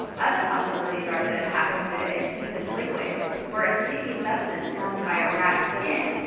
other possibilities are that it happens due to adhesive liquids, or a sticky substance formed by a rats skin.